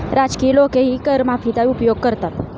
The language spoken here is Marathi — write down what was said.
राजकीय लोकही कर माफीचा उपयोग करतात